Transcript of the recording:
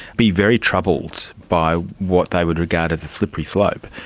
be very troubled by what they would regard as a slippery slope.